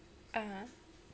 (uh huh)